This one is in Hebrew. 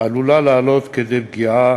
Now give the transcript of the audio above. עלולה לעלות כדי פגיעה